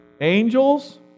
angels